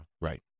right